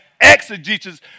exegesis